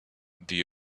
the